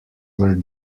were